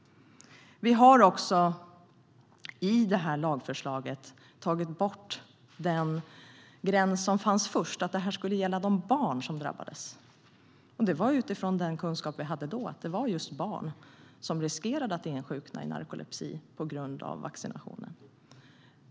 Vi har också i det här lagförslaget tagit bort den gräns som fanns först som innebar att det här skulle gälla de barn som drabbades. Den kunskap vi hade då sa att det var just barn som riskerade att insjukna i narkolepsi på grund av vaccinationen.